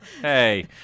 hey